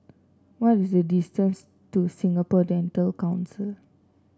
what is the distance to Singapore Dental Council